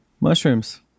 Mushrooms